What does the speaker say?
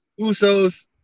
Usos